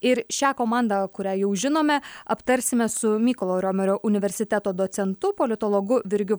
ir šią komandą kurią jau žinome aptarsime su mykolo riomerio universiteto docentu politologu virgiu